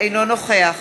אינו נוכח